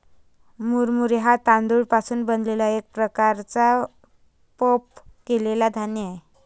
मुरमुरे हा तांदूळ पासून बनलेला एक प्रकारचा पफ केलेला धान्य आहे